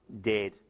dead